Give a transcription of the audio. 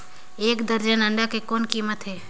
एक दर्जन अंडा के कौन कीमत हे?